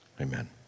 Amen